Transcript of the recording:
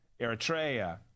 Eritrea